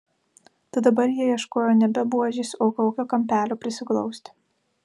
tad dabar jie ieškojo nebe buožės o kokio kampelio prisiglausti